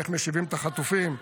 איך משיבים את החטופים,